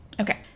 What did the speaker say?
okay